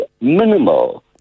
minimal